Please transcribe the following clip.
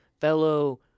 fellow